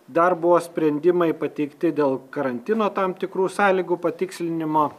dar buvo sprendimai pateikti dėl karantino tam tikrų sąlygų patikslinimo